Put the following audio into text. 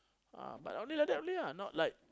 ah but only like that only lah not like